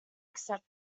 accept